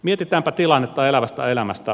mietitäänpä tilannetta elävästä elämästä